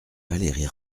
valérie